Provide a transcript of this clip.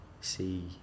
see